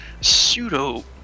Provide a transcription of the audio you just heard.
pseudo